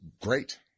great